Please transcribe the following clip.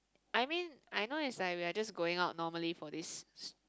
I mean I know it's like we are just going out normally for this